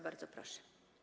Bardzo proszę.